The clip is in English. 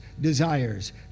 desires